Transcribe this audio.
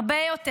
הרבה יותר.